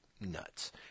nuts